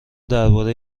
درباره